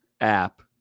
app